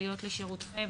להיות לשירותם,